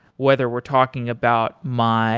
whether we're talking about my